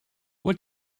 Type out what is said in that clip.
what